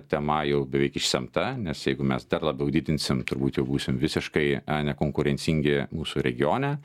tema jau beveik išsemta nes jeigu mes dar labiau didinsim turbūt jau būsim visiškai nekonkurencingi mūsų regione